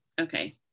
okay